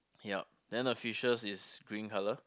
yup then the fishes is green colour